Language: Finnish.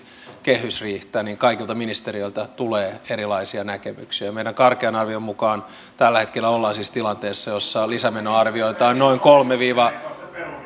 kehysriihtä kaikilta ministeriöiltä tulee erilaisia näkemyksiä meidän karkean arviomme mukaan tällä hetkellä ollaan siis tilanteessa jossa lisämenoarvioita on noin kolme